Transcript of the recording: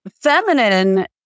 Feminine